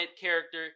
character